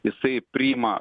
jisai priima